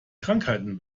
krankheiten